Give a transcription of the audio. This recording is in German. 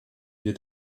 wir